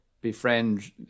befriend